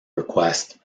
request